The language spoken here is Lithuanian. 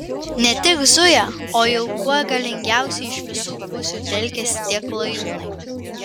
ne tik zuja o jau kuo galingiausiai iš visų pusių telkiasi tie klajūnai